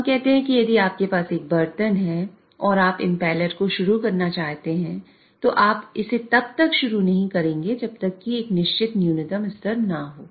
हम कहते हैं कि यदि आपके पास एक बर्तन है और आप इंपैलर को शुरू करना चाहते हैं तो आप इसे तब तक शुरू नहीं करेंगे जब तक कि एक निश्चित न्यूनतम स्तर न हो